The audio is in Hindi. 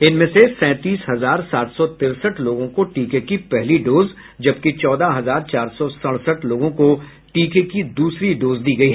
इनमें से सैंतीस हजार सात सौ तिरसठ लोगों को टीके की पहली डोज जबकि चौदह हजार चार सौ सड़सठ लोगों को टीके की द्सरी डोज दी गयी